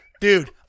Dude